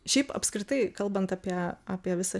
šiaip apskritai kalbant apie apie visą